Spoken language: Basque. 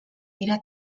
dira